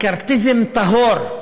מקרתיזם טהור,